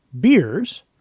beers